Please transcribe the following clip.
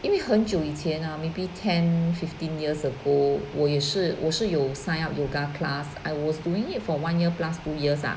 因为很久以前 lah maybe ten fifteen years ago 我也是我是有 sign up yoga class I was doing it for one year plus two years ah